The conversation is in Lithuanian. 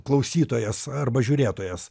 klausytojas arba žiūrėtojas